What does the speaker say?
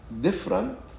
different